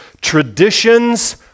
traditions